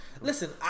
Listen